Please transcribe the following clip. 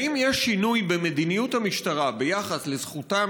האם יש שינוי במדיניות המשטרה ביחס לזכותם